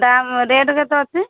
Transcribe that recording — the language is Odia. ଦାମ୍ ରେଟ୍ କେତେ ଅଛି